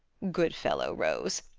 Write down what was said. good fellow, rose.